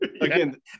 again